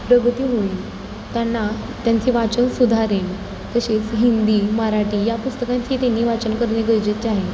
प्रगती होईल त्यांना त्यांचे वाचन सुधारेल तसेच हिंदी मराठी या पुस्तकांचे त्यांनी वाचन करणे गरजेचे आहे